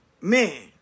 Man